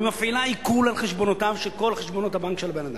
היא מפעילה עיקול על כל חשבונות הבנק של האדם,